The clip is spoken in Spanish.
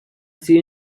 sido